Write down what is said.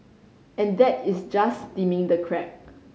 and that is just steaming the crab